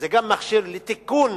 זה גם מכשיר לתיקון